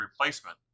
replacement